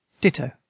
Ditto